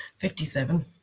57